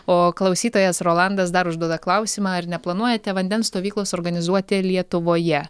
o klausytojas rolandas dar užduoda klausimą ar neplanuojate vandens stovyklos organizuoti lietuvoje